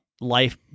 life